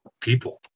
People